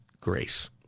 grace